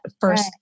first